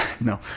No